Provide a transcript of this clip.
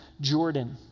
Jordan